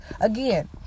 again